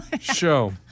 Show